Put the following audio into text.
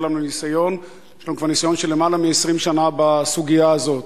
יש לנו כבר ניסיון של יותר מ-20 שנה בסוגיה הזאת.